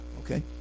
okay